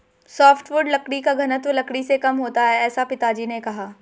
softwood लकड़ी का घनत्व लकड़ी से कम होता है ऐसा पिताजी ने कहा